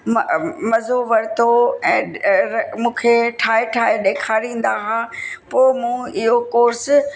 मज़ो वरितो ऐं मूंखे ठाहे ठाहे ॾेखारींदा हुआ पोइ मूं इहो कोर्स